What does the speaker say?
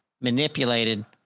manipulated